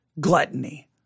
gluttony